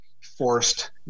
forced